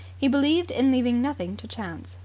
he believed in leaving nothing to chance.